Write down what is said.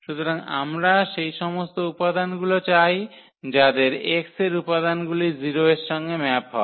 সুতরাং আমরা সেই সমস্ত উপাদানগুলি চাই যাদের X এর উপাদানগুলি 0 এর সঙ্গে ম্যাপ হয়